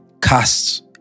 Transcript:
casts